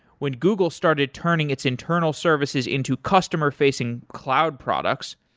when google started turning its internal services into customer-facing cloud products,